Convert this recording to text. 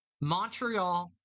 Montreal